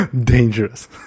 Dangerous